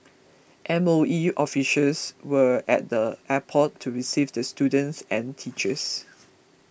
M O E officials were at the airport to receive the students and teachers